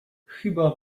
chyba